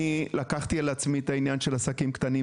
אני לקחתי על עצמי את העניין של עסקים קטנים